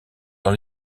dans